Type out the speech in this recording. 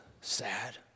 sad